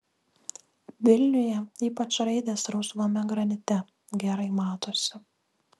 vilniuje ypač raidės rusvame granite gerai matosi